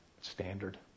standard